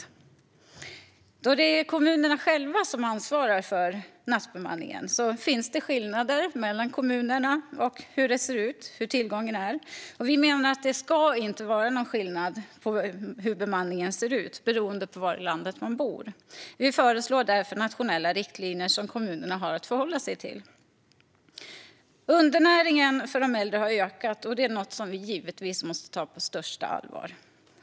Eftersom det är kommunerna själva som ansvarar för nattbemanningen finns det skillnader i tillgången mellan kommunerna. Vi menar att det inte ska vara någon skillnad på hur bemanningen ser ut beroende på var i landet man bor. Vi föreslår därför nationella riktlinjer som kommunerna har att förhålla sig till. Undernäringen hos äldre har ökat, och det är något som vi givetvis måste ta på största allvar.